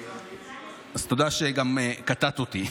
אז תודה שגם קטעת אותי.